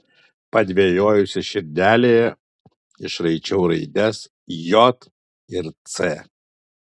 padvejojusi širdelėje išraičiau raides j ir c